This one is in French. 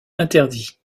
interdit